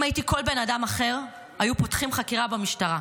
אם הייתי כל בן אדם אחר, היו פותחים חקירה במשטרה.